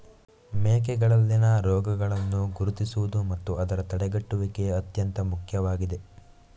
ಮೇಕೆಗಳಲ್ಲಿನ ರೋಗಗಳನ್ನು ಗುರುತಿಸುವುದು ಮತ್ತು ಅದರ ತಡೆಗಟ್ಟುವಿಕೆ ಅತ್ಯಂತ ಮುಖ್ಯವಾಗಿದೆ